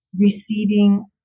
receiving